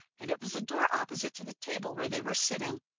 and it was the door opposite to the table where they were sitting.